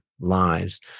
lives